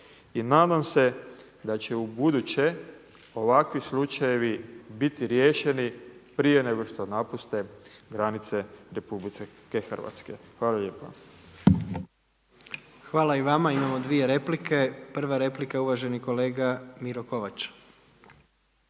i nadam se da će ubuduće ovakvi slučajevi biti riješeni prije nego što napuste granice RH. Hvala lijepa. **Jandroković, Gordan (HDZ)** Hvala i vama. Imamo dvije replike. Prva replika je uvaženi kolega Miro Kovač.